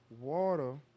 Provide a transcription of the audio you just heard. water